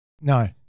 No